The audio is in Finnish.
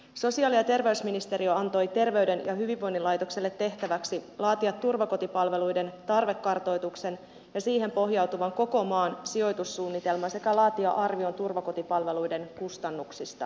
sosiaali ja terveysministeriö antoi terveyden ja hyvinvoinnin laitokselle tehtäväksi laatia turvakotipalveluiden tarvekartoituksen ja siihen pohjautuvan koko maan sijoitussuunnitelman sekä laatia arvion turvakotipalveluiden kustannuksista